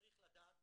לדעת